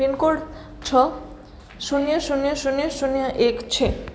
pin code છ શૂન્ય શૂન્ય શૂન્ય શૂન્ય એક છે